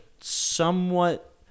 somewhat